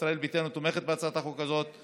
ישראל ביתנו תומכת בהצעת החוק הזאת,